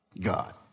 God